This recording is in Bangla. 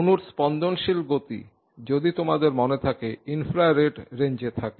অণুর স্পন্দনশীল গতি যদি তোমাদের মনে থাকে ইনফ্রারেড রেঞ্জে থাকে